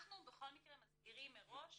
אנחנו בכל מקרה מזהירים מראש